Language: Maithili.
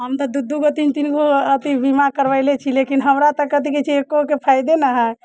हम तऽ दू दूगो तीन तीनगो अथि बीमा करबैले छी लेकिन हमरा तऽ कथी कहै छै एकोगोके फाइदे नहि हय